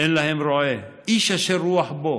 אין להם רעה, איש אשר רוח בו".